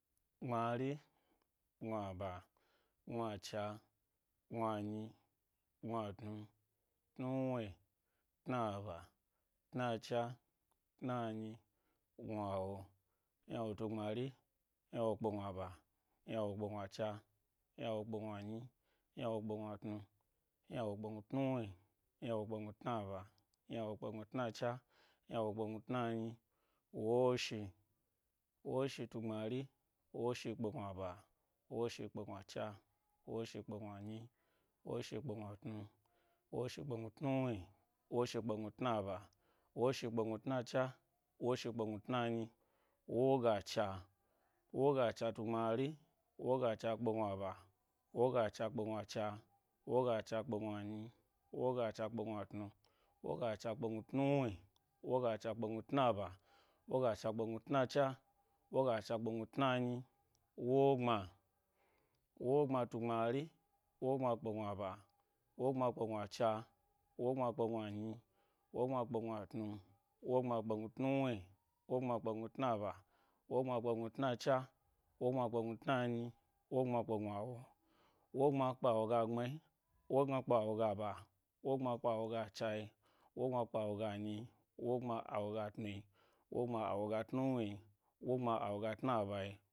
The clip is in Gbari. Gbmari, gnuaba, gnuacha, gnuanyi, gnuatnu, tnuloni, tnuba tnuacha, tnanyi. gnuawo, ynawo tu gbmai, ynawo kpe gnuaba, ynawo kpe gnu a cha, ynawo kpe gnanyii, ynawo kpe gnatnu, ynawo kpe gnu tnu. Wni, ynawo kpegnu tna ba, ynawo kpe gnu tnacha, ynawo kpe gnutna, nyi wo-shi kpe gnanyi, woshi kpe gnat nu, woshi kpe gnu tnuwni, woshi kpe gnu tna ba, woshi kpe gnu tnacha woshi kpe gnu tna-nyi wo-ga cha. Wo ga cha tu gbmari, wogacha kpe gnuaba, woga cha kpe gnuacha, woga cha kpe gnua nyi, wogacha kpe gnuatnu, wogacha kpe gnu tnuwni, wogacha kpe gnu tna ba, woga cha kpe gnu tna ba, woga cha kpe gnu tna cha, woga cha kpe gnu tnanyi, wo-gbma. Wo-gɓma tu gbmari, wogbma kpe gnaba, wogbma kpe gnua cha, wogɓma kpe gnuanyi, wogbma kpe gnuatnu, wo gbma kpe gnu tnuwni, wo gbma kpe gnu tna ba, wo gbma kpegnu tnacha, wo gbma kpegnu tnanyi wogbma kpe gnua wo. Wogbma kpe a woga gbne, wo gbma kpe a woga ba, wo gbma kpe awoga cha, wogbma kpe woga nyi, wogbma awoga tnuyi, wogbma awoga tnuwni, wogbma awoga tna bai.